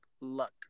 luck